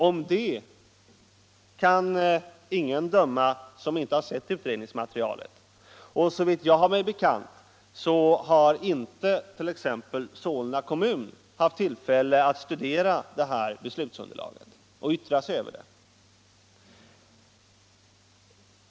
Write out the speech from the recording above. Om detta kan dock ingen döma som inte sett utredningsmaterialet, och såvitt jag har mig bekant har t.ex. inte Solna kommun haft tillfälle att studera det här beslutsunderlaget och yttra sig över det.